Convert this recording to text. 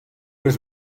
was